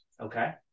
Okay